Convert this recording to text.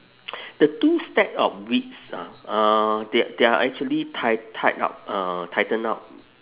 the two stack of weeds ah uh they they are actually tied tied up uh tightened up